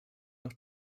noch